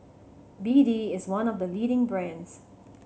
B D is one of the leading brands